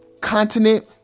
Continent